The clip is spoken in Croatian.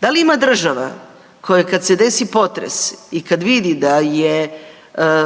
Da li ima država koja kad se desi potres i kad vidi da je,